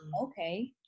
okay